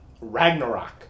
Ragnarok